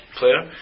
player